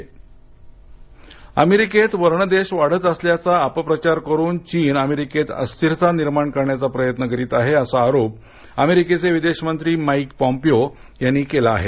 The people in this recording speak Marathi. अमेरिका चीन अमेरीकेत वर्णद्वेष वाढत असल्याचा अपप्रचार करून अमेरिकेत अस्थिरता निर्माण करण्याचा प्रयत्न करित आहे असा आरोप अमेरिकेचे विदेश मंत्री माईक पोम्पेओ यांनी केला आहे